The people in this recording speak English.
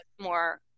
more